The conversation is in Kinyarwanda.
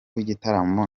w’igitaramo